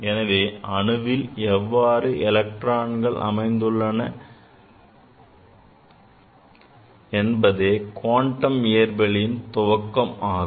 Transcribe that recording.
எனவே அணுவில் எவ்வாறு எலக்ட்ரான்கள் அமைந்துள்ளன என்பதே குவாண்டம் இயற்பியலின் துவக்கமாகும்